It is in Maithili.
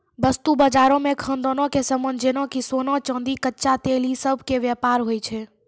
वस्तु बजारो मे खदानो के समान जेना कि सोना, चांदी, कच्चा तेल इ सभ के व्यापार होय छै